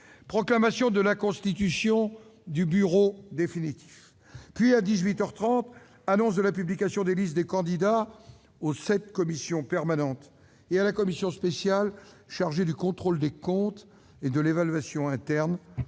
Proclamation de la constitution du bureau définitif. À dix-huit heures trente : annonce de la publication des listes des candidats aux sept commissions permanentes et à la commission spéciale chargée du contrôle des comptes et de l'évaluation interne